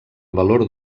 valor